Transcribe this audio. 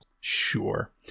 Sure